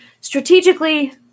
strategically